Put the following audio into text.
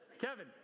Kevin